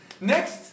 Next